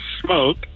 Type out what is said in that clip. smoke